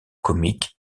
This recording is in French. comique